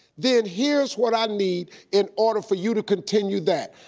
then here's what i need in order for you to continue that.